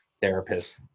therapist